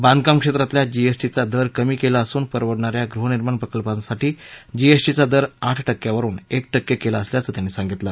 बांधकाम क्षेत्रातल्या जीएस ींचा दर कमी केला असून परवडणाऱ्या गृहनिर्माण प्रकल्पांसाठी जीएसा ींचा दर आठ केक्यांवरून एक केके केला असल्याचं त्यांनी सांगितलं